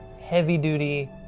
heavy-duty